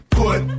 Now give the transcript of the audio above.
put